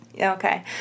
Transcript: Okay